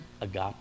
Agape